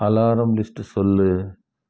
alarm list சொல்